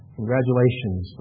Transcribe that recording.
congratulations